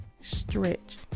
stretch